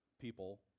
people